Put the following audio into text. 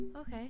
Okay